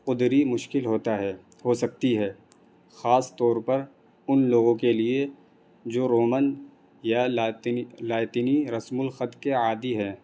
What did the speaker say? قدرے مشکل ہوتا ہے ہو سکتی ہے خاص طور پر ان لوگوں کے لیے جو رومن یا لا لاطینی رسم الخط کے عادی ہیں